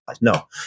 no